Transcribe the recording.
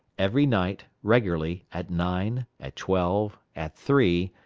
every night, regularly, at nine, at twelve, at three,